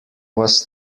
was